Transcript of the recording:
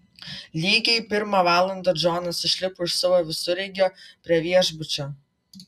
lygiai pirmą valandą džonas išlipo iš savo visureigio prie viešbučio